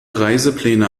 reisepläne